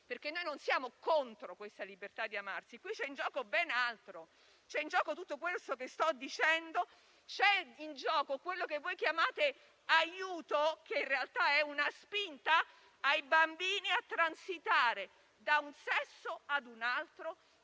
perché noi non siamo contro questa libertà di amarsi. Qui c'è in gioco ben altro: c'è in gioco tutto quanto sto dicendo e quello che voi chiamate aiuto, che in realtà è una spinta ai bambini a transitare da un sesso ad un altro in